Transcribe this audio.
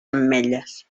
ametlles